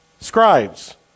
Scribes